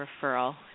referral